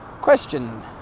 Question